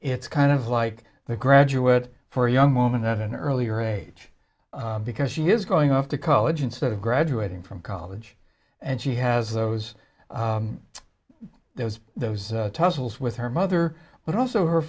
it's kind of like the graduate for a young woman at an earlier age because she is going off to college instead of graduating from college and she has i was there was those tussles with her mother but also her